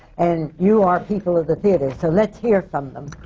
and you are people of the theatre, so let's hear from them.